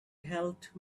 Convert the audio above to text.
helped